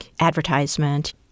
advertisement